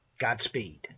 Godspeed